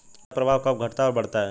बाजार प्रभाव कब घटता और बढ़ता है?